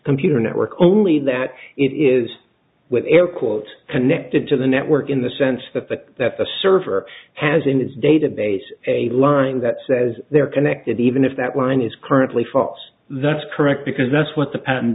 computer network only that it is with air quote connected to the network in the sense that the that the server has in its database a line that says they're connected even if that line is currently fox that's correct because that's what the patent